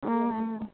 অঁ অঁ